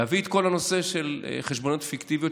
להביא את כל הנושא של חשבוניות פיקטיביות,